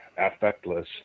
affectless